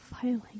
filing